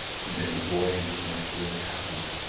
and there the boy and his wife lived happily.